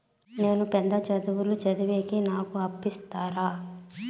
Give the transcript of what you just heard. నేను పెద్ద చదువులు చదివేకి నాకు అప్పు ఇస్తారా